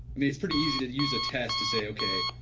mean it's pretty easy to use a test to say okay,